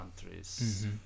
countries